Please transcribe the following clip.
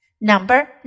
Number